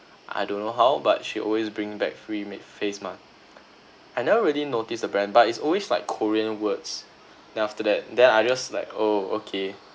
I don't know how but she always bring back free make face mask I never really notice the brand but it's always like korean words then after that then I just like oh okay